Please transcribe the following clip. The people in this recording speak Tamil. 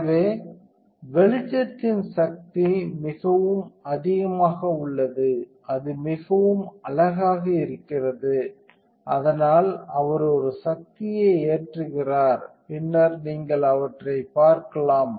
எனவே வெளிச்சத்தின் சக்தி மிகவும் அதிகமாக உள்ளது அது மிகவும் அழகாக இருக்கிறது அதனால் அவர் ஒரு சக்தியை ஏற்றுகிறார் பின்னர் நீங்கள் அவற்றைப் பார்க்கலாம்